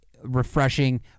Refreshing